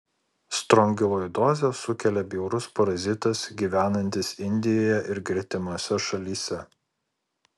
strongiloidozę sukelia bjaurus parazitas gyvenantis indijoje ir gretimose šalyse